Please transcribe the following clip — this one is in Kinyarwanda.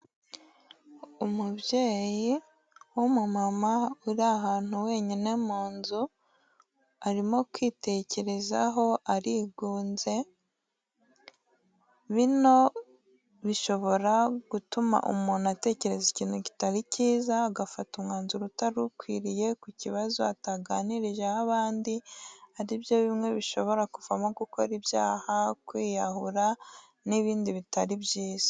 Umubyeyi w'umumama uri ahantu wenyine mu nzu, arimo kwitekerezaho arigunze, bino bishobora gutuma umuntu atekereza ikintu kitari cyiza, agafata umwanzuro utari ukwiriye ku kibazo ataganirijeho abandi, ari byo bimwe bishobora kuvamo gukora ibyaha, kwiyahura n'ibindi bitari byiza.